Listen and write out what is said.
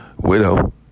widow